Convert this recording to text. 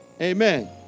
Amen